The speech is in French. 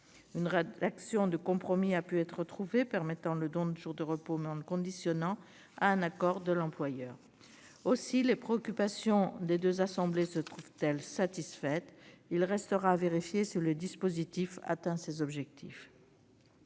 Une rédaction de compromis a pu être trouvée permettant le don de jours de repos, mais en le conditionnant à un accord de l'employeur. Aussi les préoccupations des deux assemblées se trouvent-elles satisfaites. Il restera à vérifier si le dispositif atteint ses objectifs.